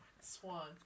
Swan